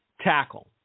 tackle